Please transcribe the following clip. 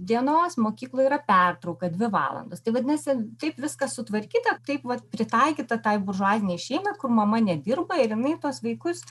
dienos mokykloj yra pertrauka dvi valandos tai vadinasi taip viskas sutvarkyta taip vat pritaikyta tai buržuazinei šeimai kur mama nedirba ir jinai tuos vaikus